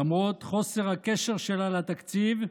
למרות חוסר הקשר שלה לתקציב,